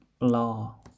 law